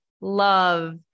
love